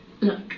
Look